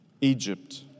Egypt